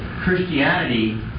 Christianity